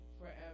forever